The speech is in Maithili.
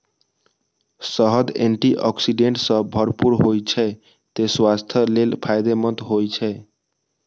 शहद एंटी आक्सीडेंट सं भरपूर होइ छै, तें स्वास्थ्य लेल फायदेमंद होइ छै